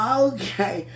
okay